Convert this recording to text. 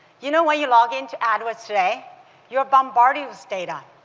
you know when you log into adwords today you are bombarded with data.